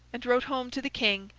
and wrote home to the king,